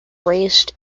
raced